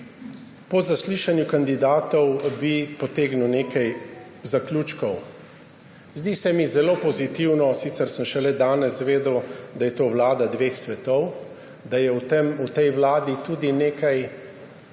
Po zaslišanju kandidatov bi potegnil nekaj zaključkov. Zdi se mi zelo pozitivno – sicer sem šele danes izvedel, da je to vlada dveh svetov – da je v tej vladi tudi nekaj